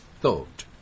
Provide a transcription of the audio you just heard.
thought